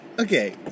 Okay